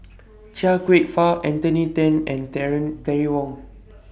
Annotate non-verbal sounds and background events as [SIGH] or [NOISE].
Chia Kwek Fah Anthony Then and [UNINTELLIGIBLE] Terry Wong